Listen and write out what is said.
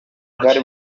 bwari